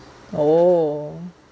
oh